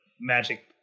magic